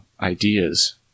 ideas